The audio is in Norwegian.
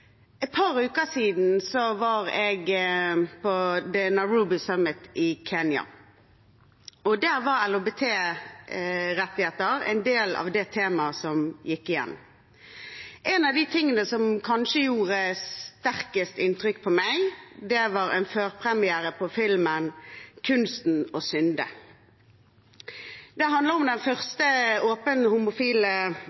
et par uker siden var jeg på The Nairobi Summit i Kenya. Der var LHBTI-rettigheter blant de temaene som gikk igjen. En av de tingene som kanskje gjorde sterkest inntrykk på meg, var en førpremiere på filmen Kunsten å synde. Den handler om den